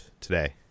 today